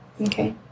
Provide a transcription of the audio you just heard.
okay